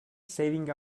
saving